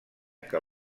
que